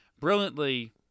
brilliantly